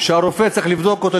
כי הרופא צריך לבדוק אותו,